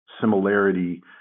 similarity